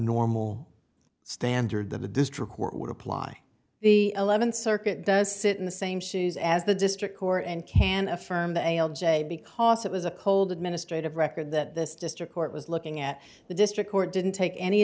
normal standard that the district court would apply the eleventh circuit does sit in the same shoes as the district court and can affirm the a l j because it was a cold administrative record that this district court was looking at the district court didn't take any